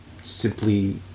simply